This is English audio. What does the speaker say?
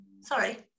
sorry